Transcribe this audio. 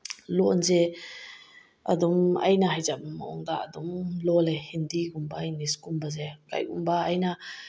ꯂꯣꯟꯁꯦ ꯑꯗꯨꯝ ꯑꯩꯅ ꯍꯩꯖꯕ ꯃꯑꯣꯡꯗ ꯑꯗꯨꯝ ꯂꯣꯜꯂꯦ ꯍꯤꯟꯗꯤꯒꯨꯝꯕ ꯏꯪꯂꯤꯁꯀꯨꯝꯕꯁꯦ ꯀꯩꯒꯨꯝꯕ ꯑꯩꯅ